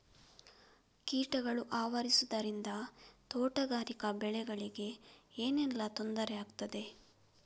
ಕೀಟಗಳು ಆವರಿಸುದರಿಂದ ತೋಟಗಾರಿಕಾ ಬೆಳೆಗಳಿಗೆ ಏನೆಲ್ಲಾ ತೊಂದರೆ ಆಗ್ತದೆ?